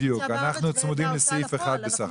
בדיוק, אנחנו צמודים לסעיף אחד בסך הכול.